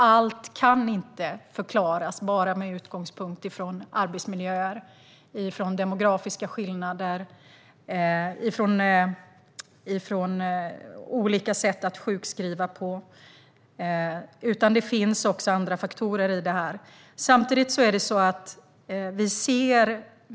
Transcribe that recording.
Allt kan inte förklaras endast med utgångspunkt i arbetsmiljö, demografiska skillnader och olika sätt att sjukskriva på, utan det finns andra faktorer här.